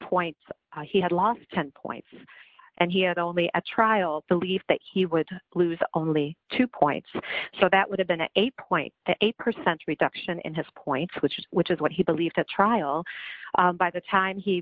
points he had lost ten points and he had only a trial believe that he would lose only two points so that would have been an eight eight percent reduction in his points which is which is what he believed at trial by the time he